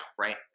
Right